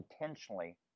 intentionally